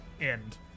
end